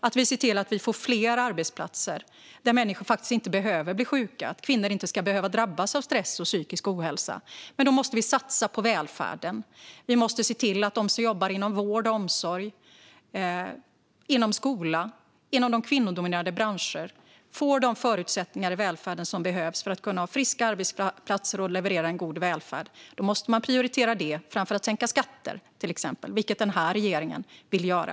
Vi ska se till att vi får fler arbetsplatser där människor faktiskt inte behöver bli sjuka och att kvinnor inte ska behöva drabbas av stress av psykisk ohälsa. Men då måste vi satsa på välfärden. Vi måste se till att de som jobbar inom vård och omsorg samt inom skola - inom kvinnodominerade branscher - får de förutsättningar i välfärden som behövs för att kunna ha friska arbetsplatser och leverera en god välfärd. Då måste man prioritera det framför att till exempel sänka skatter, vilket denna regering vill göra.